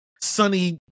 sunny